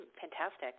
Fantastic